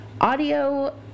audio